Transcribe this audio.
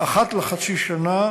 אחת לחצי שנה,